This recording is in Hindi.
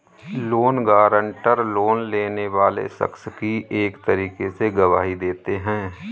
लोन गारंटर, लोन लेने वाले शख्स की एक तरीके से गवाही देते हैं